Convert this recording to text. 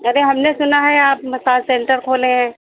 अरे हमने सुना है आप मसाज सेंटर खोले हैं